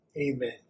amen